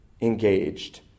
engaged